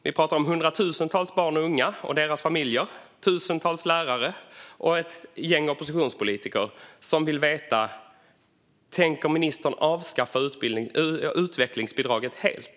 Vi pratar om hundratusentals barn och unga och deras familjer, tusentals lärare och ett gäng oppositionspolitiker. Vi vill veta om ministern tänker avskaffa utvecklingsbidraget helt.